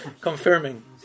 confirming